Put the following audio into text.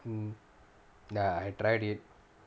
mm ya I tried it